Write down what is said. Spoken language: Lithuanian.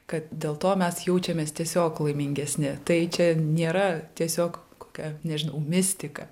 kad dėl to mes jaučiamės tiesiog laimingesni tai čia nėra tiesiog kokia nežinau mistika